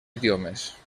idiomes